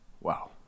wow